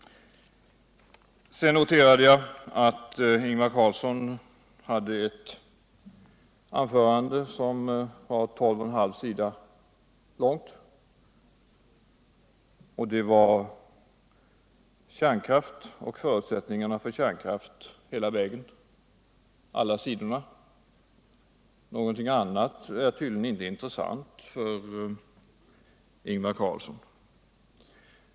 Sedan noterade jag att manuskriptet till Ingvar Carlssons anförande var tolv och en halv sida långt. Alla sidorna innehöll tal om kärnkrafien och förutsättningarna för kärnkraften. Någonting annat är tydligen inte intressant för Ingvar Carlsson.